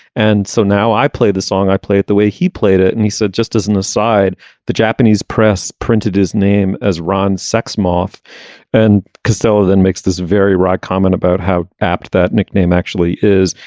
and so now i play the song i play it the way he played it and he said just as an aside the japanese press printed his name as ron sachs moth and costello then makes this very wry comment about how apt that nickname actually is.